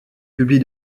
publie